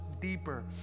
deeper